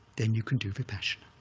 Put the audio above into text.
then you can do vipassana,